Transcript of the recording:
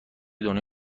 دنیا